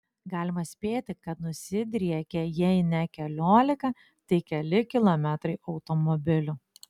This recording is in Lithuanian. galima spėti kad nusidriekė jei ne keliolika tai keli kilometrai automobilių